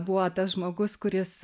buvo tas žmogus kuris